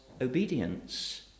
obedience